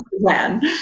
Plan